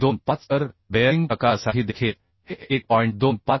25 तर बेअरिंग प्रकारासाठी देखील हे 1